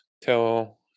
tell